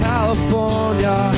California